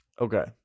Okay